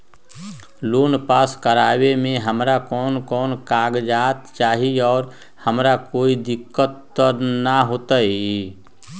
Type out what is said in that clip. Loan pass करवावे में हमरा कौन कौन कागजात चाही और हमरा कोई दिक्कत त ना होतई?